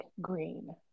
green